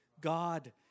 God